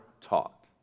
taught